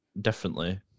differently